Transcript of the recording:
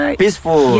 peaceful